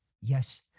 Yes